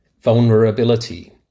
vulnerability